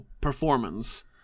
performance